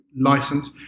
license